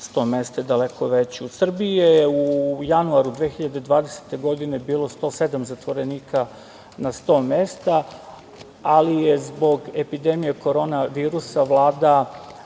100 mesta je daleko veći.U Srbiji je u januaru 2020. godine bilo 107 zatvorenika na 100 mesta, ali je zbog epidemije korona virusa, vlada